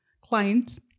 client